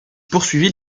poursuivit